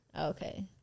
Okay